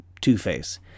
Two-Face